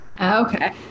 Okay